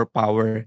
power